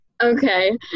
Okay